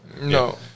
No